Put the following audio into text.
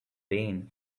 pain